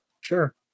sure